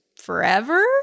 forever